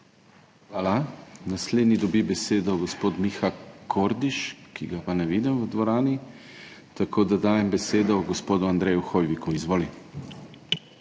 Hvala. Naslednji dobi besedo gospod Miha Kordiš, ki pa ga ne vidim v dvorani, zato dajem besedo gospodu Andreju Hoiviku. Izvoli.